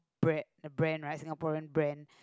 bread brand right Singaporean brand